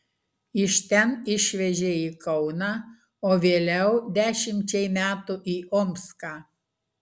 iš ten išvežė į kauną o vėliau dešimčiai metų į omską